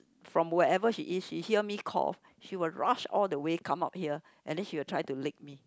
from whenever she is she hear me cough she will rush all the way come up here and then she will try to lick me